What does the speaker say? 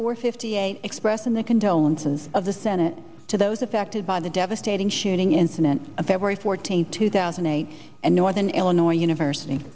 for fifty eight expressing their condolences of the senate to those affected by the devastating shooting incident of february fourteenth two thousand and eight and northern illinois university